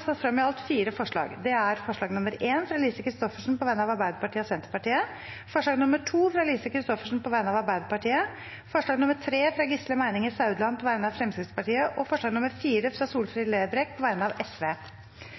det satt frem i alt fire forslag. Det er: forslag nr. 1, fra Lise Christoffersen på vegne av Arbeiderpartiet og Senterpartiet forslag nr. 2, fra Lise Christoffersen på vegne av Arbeiderpartiet forslag nr. 3, fra Gisle Meininger Saudland på vegne av Fremskrittspartiet forslag nr. 4, fra Solfrid Lerbrekk på vegne av